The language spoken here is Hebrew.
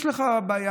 יש לך בעיה?